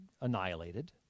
annihilated